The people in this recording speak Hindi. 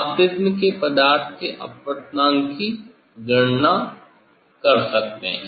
आप प्रिज़्म के पदार्थ के अपवर्तनांक की गणना कर सकते हैं